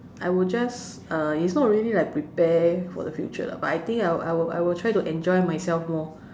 I will just uh it's not really like prepare for the future but I think I will I will I will try to enjoy myself more